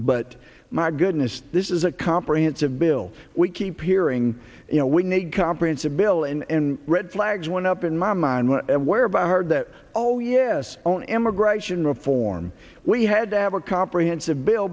but my goodness this is a comprehensive bill we keep hearing you know we need comprehensive bill and red flags went up in my mind whereby i heard that oh yes own immigration reform we had to have a comprehensive bill